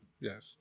Yes